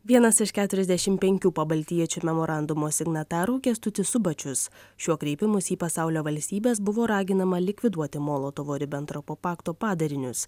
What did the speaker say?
vienas iš keturiasdešim penkių pabaltijiečių memorandumo signatarų kęstutis subačius šiuo kreipimusi į pasaulio valstybes buvo raginama likviduoti molotovo ribentropo pakto padarinius